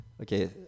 Okay